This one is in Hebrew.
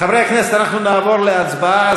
חברי הכנסת, אנחנו נעבור להצבעה.